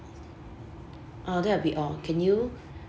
ah that will be all can you